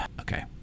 Okay